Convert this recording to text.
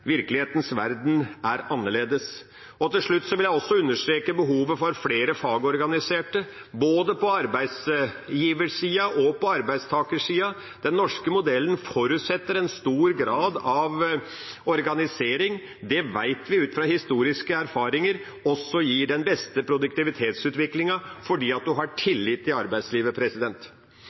Virkelighetens verden er annerledes. Til slutt vil jeg også understreke behovet for flere fagorganiserte, både på arbeidsgiversiden og på arbeidstakersiden. Den norske modellen forutsetter en stor grad av organisering, og det vet vi – ut fra historiske erfaringer – også gir den beste produktivitetsutviklingen, fordi en har tillit til arbeidslivet.